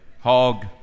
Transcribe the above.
hog